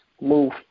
move